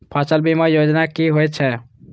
फसल बीमा योजना कि होए छै?